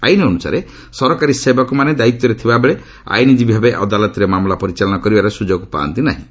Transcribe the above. ଆଇନ ଅନୁସାରେ ସରକାରୀ ସେବକ ମାନେ ଦାୟିତ୍ୱରେ ଥିବାବେଳେ ଆଇନଜୀବୀଭାବେ ଅଦାଲତରେ ମାମଲା ପରିଚାଳନା କରିବାର ସୁଯୋଗ ପାଆନ୍ତି ନାହିଁ